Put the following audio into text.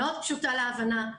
מאוד פשוטה להבנה,